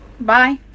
bye